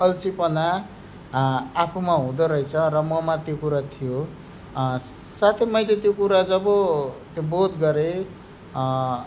अल्छिपना आफुमा हुँदो रहेछ र ममा त्यो कुरा थियो साथै मैले त्यो कुरा जब त्यो बोध गरेँ